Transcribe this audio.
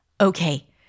Okay